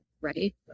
right